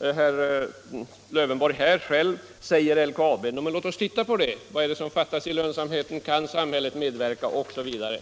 Herr Lövenborg sade att LKAB har förklarat att brytningen inte är lönsam, men låt oss titta på den saken. Låt oss fråga vad det är som fattas av lönsamhet, om samhället kan medverka osv.